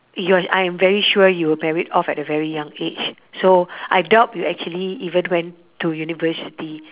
you're I'm very sure you married off at a very young age so I doubt you actually even went to university